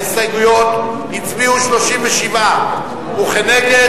או נגד